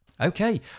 Okay